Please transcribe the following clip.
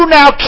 now